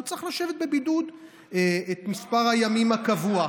הוא צריך לשבת בבידוד את מספר הימים הקבוע.